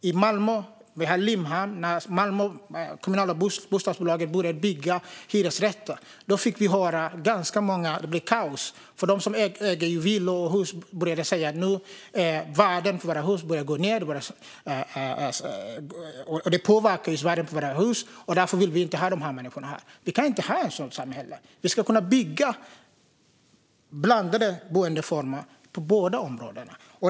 I Limhamn i Malmö började det kommunala bostadsbolaget bygga hyresrätter. Då fick vi höra av ganska många att det blev kaos. De som äger villor och hus började säga: Värdet på våra hus börjar gå ned. Det påverkar värdet på våra hus. Därför vill vi inte ha de människorna här. Vi kan inte ha ett sådant samhälle. Vi ska kunna bygga blandade boendeformer i alla områden.